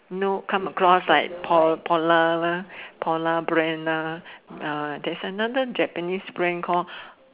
no come across like po~ polar lah polar brand lah there is another Japanese brand call